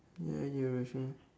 ya you're rushing